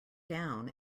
down